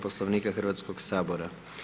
Poslovnika Hrvatskog sabora.